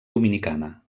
dominicana